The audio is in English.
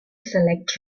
select